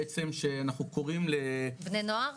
בעצם, שאנחנו קוראים ל --- בני נוער?